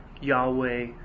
Yahweh